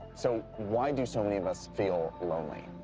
so why do so many of us feel lonely?